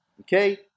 Okay